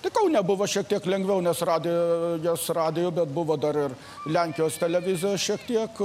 tai kaune buvo šiek tiek lengviau nes radijas radijo bet buvo dar ir lenkijos televizijos šiek tiek